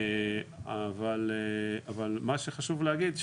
אבל מה שחשוב להגיד,